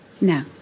No